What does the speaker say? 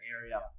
area